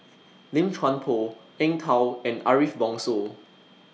Lim Chuan Poh Eng Tow and Ariff Bongso